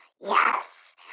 Yes